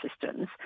systems